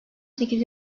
sekiz